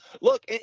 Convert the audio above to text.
look